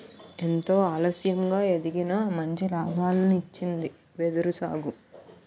ఎంతో ఆలస్యంగా ఎదిగినా మంచి లాభాల్నిచ్చింది వెదురు సాగు